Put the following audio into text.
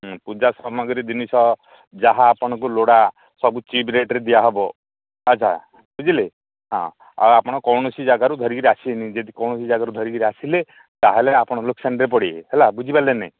ପୂଜା ସାମଗ୍ରୀ ଜିନିଷ ଯାହା ଆପଣଙ୍କୁ ଲୋଡ଼ା ସବୁ ଚିପ୍ ରେଟ୍ରେ ଦିଆହବ ଆଚ୍ଛା ବୁଝିଲେ ହଁ ଆଉ ଆପଣ କୌଣସି ଜାଗାରୁ ଧରିକିରି ଆସିବନି ଯଦି କୌଣସି ଜାଗାରୁ ଧରିକିରି ଆସିଲେ ତା'ହଲେ ଆପଣ ଲୋକସନ୍ରେ ପଡ଼ିବେ ହେଲା ବୁଝିପାରିଲେ ନା ନାଇଁ